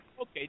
Okay